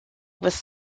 was